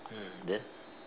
mm then